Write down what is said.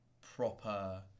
proper